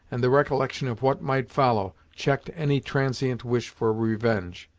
and the recollection of what might follow, checked any transient wish for revenge.